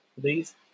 please